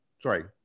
Sorry